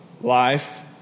life